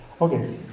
Okay